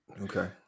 okay